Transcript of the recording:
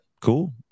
Cool